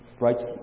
Writes